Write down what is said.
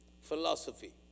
philosophy